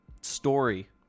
story